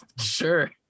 sure